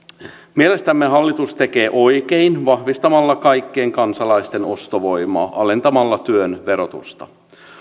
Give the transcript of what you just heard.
mielestämme hallitus tekee oikein vahvistamalla kaikkien kansalaisten ostovoimaa alentamalla työn verotusta